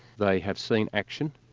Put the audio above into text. they have seen action,